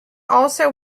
also